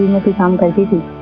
will become the